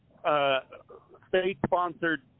state-sponsored